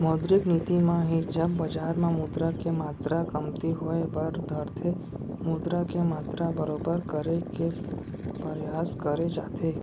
मौद्रिक नीति म ही जब बजार म मुद्रा के मातरा कमती होय बर धरथे मुद्रा के मातरा बरोबर करे के परयास करे जाथे